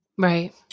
right